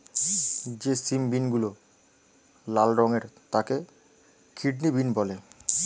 যে সিম বিনগুলো লাল রঙের তাকে কিডনি বিন বলে